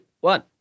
one